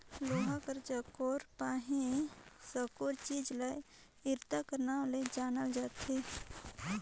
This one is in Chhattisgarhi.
लोहा कर चउकोर पहे साकुर चीज ल इरता कर नाव ले जानल जाथे